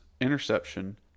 interception